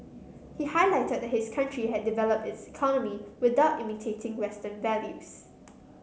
he highlighted that his country had developed its economy without imitating Western values